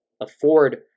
afford